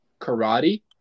karate